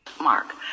mark